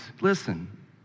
listen